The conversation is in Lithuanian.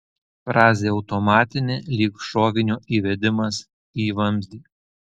frazė automatinė lyg šovinio įvedimas į vamzdį